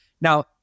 Now